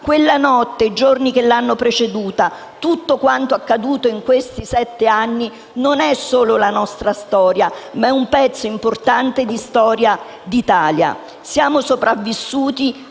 Quella notte, i giorni che l'hanno preceduta, tutto quanto accaduto in questi sette anni, non è solo la nostra storia, ma un pezzo importante di storia d'Italia. In molti